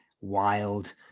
wild